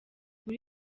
muri